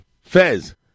Fez